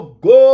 go